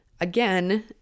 again